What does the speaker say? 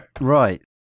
Right